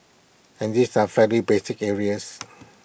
and these are fairly basic areas